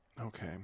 Okay